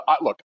look